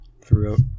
throughout